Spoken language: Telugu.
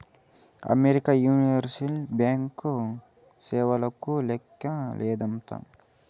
అమెరికా యూనివర్సల్ బ్యాంకీ సేవలకు లేక్కే లేదంట